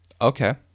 Okay